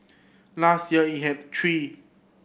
last year it had three